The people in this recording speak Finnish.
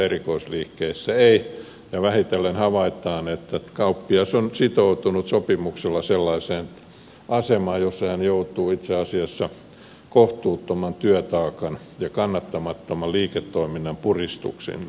vähitellen havaitaan että kauppias on sitoutunut sopimuksella sellaiseen asemaan jossa hän joutuu itse asiassa kohtuuttoman työtaakan ja kannattamattoman liiketoiminnan puristukseen